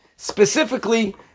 Specifically